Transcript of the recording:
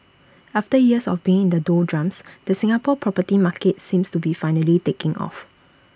after years of being in the doldrums the Singapore property market seems to be finally taking off